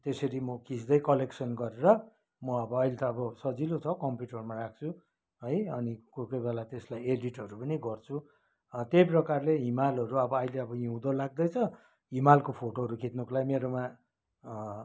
त्यसरी म खिच्दै कलेक्सन गरेर म अब अहिले त अब सजिलो छ कम्प्युटरमा राख्छु है अनि कोही कोही बेला त्यसलाई एडिटहरू पनि गर्छु त्यही प्रकारले हिमालहरू अब अहिले अब हिउँदो लाग्दैछ हिमालको फोटोहरू खिच्नको लागि मेरोमा